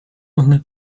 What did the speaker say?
one